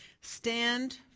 stand